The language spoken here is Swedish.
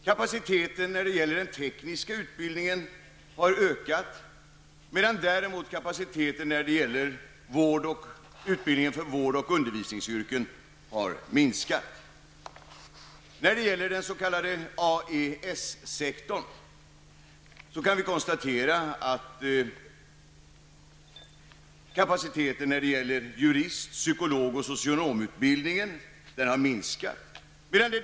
Kapaciteten när det gäller den tekniska utbildningen har ökat medan kapaciteten när det gäller utbildningen för vård och undervisningsyrken har minskat. I fråga om AES sektorn kan man konstatera att kapaciteten beträffande jurist-, psykolog och socionomutbildningarna har minskat.